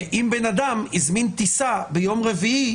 אם אדם הזמין טיסה ביום רביעי,